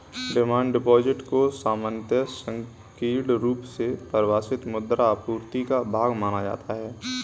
demand deposit को सामान्यतः संकीर्ण रुप से परिभाषित मुद्रा आपूर्ति का भाग माना जाता है